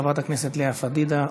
חברת הכנסת לאה פדידה,